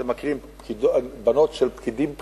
אתם מכירים, בנות של פקידים בכירים,